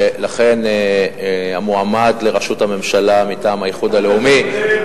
לכן המועמד לראשות הממשלה מטעם האיחוד הלאומי,